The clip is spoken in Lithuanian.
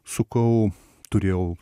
sukau turėjau